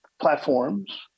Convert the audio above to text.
platforms